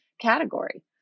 category